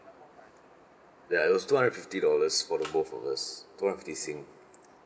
ya it was two hundred and fifty dollars for the both of us two hundred fifty sing